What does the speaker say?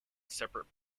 separate